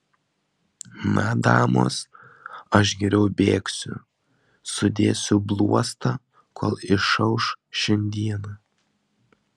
na damos aš geriau bėgsiu sudėsiu bluostą kol išauš šiandiena